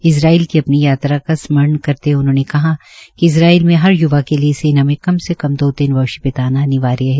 Israel की अपनी यात्रा का स्मरण करते हए उन्होंने कहा कि इजरायल में हर य्वा के लिए सेना में कम से कम दो तीन वर्ष बिताना अनिवार्य है